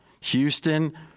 Houston